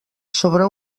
sobre